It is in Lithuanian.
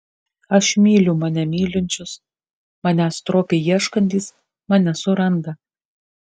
aš myliu mane mylinčius manęs stropiai ieškantys mane suranda